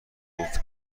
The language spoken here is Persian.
گفت